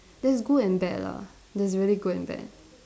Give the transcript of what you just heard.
there's good and bad lah there's really good and bad